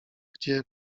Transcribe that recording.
gdzie